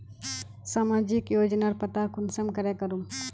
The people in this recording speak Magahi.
सामाजिक योजनार पता कुंसम करे करूम?